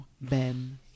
Ben